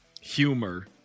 humor